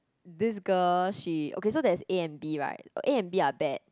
this girl she okay so that is A and B right A and B are bad